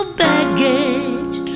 baggage